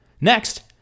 next